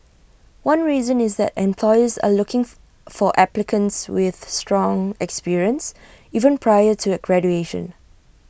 one reason is that employers are looking for for applicants with strong experience even prior to graduation